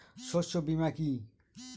শস্য বীমা কি?